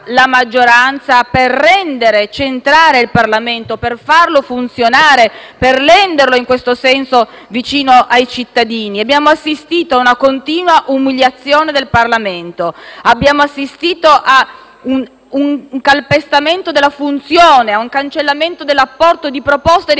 per renderlo in questo senso vicino ai cittadini? Abbiamo assistito ad una continua umiliazione del Parlamento; abbiamo assistito a un calpestamento della funzione, ad una cancellazione dell'apporto di proposte dei parlamentari, soprattutto della maggioranza,